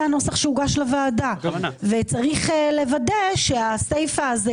זה הנוסח שהוגש לוועדה וצריך לוודא שהסיפה הזאת